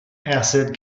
acid